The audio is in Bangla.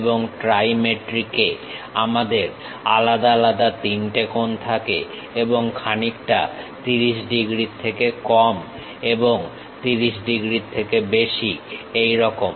এবং ট্রাইমেট্রিকে আমাদের আলাদা তিনটে কোণ থাকেএবং খানিকটা 30 ডিগ্রীর থেকে কম এবং 30 ডিগ্রীর থেকে বেশি এইরকম